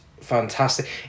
fantastic